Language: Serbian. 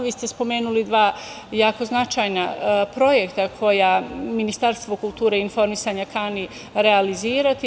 Vi ste spomenuli dva jako značajna projekta koja Ministarstvo kulture i informisanja kani realizirati.